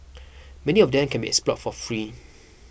many of them can be explored for free